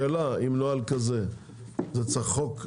השאלה, אם נוהל כזה אתה צריך חוק נפרד,